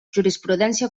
jurisprudència